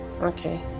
Okay